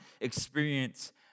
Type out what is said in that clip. experience